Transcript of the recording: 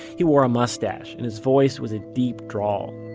he wore a mustache, and his voice was a deep drawl.